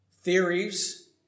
theories